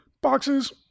boxes